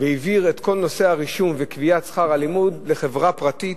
את כל נושא הרישום וקביעת שכר הלימוד לחברה פרטית,